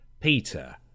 Peter